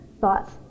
thoughts